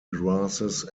grasses